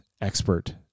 expert